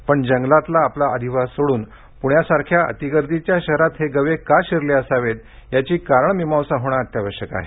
पण जंगलातील आपला अधिवास सोडून पुण्यासारख्या अतिगर्दीच्या शहरात हे गवे का शिरले असावेत याची कारणमीमांसा होणं अत्यावश्यक आहे